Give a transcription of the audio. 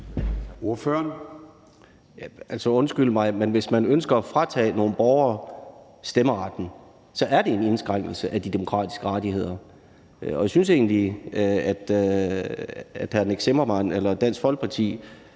(EL): Undskyld mig, men hvis man ønsker at fratage nogle borgere stemmeretten, er det en indskrænkelse af de demokratiske rettigheder, og jeg synes egentlig, at hr. Nick Zimmermann eller Dansk Folkeparti